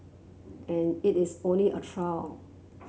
and it is only a trial